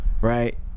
Right